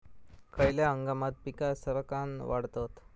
खयल्या हंगामात पीका सरक्कान वाढतत?